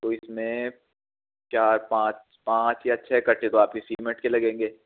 तो इसमें चार पांच पांच या छ कटे तो सिमेन्ट के लगेंगे